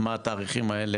מה התאריכים האלה,